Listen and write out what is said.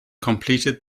completed